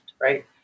right